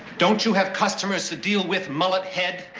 don't you have customers that deal with mullet head?